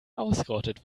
ausgerottet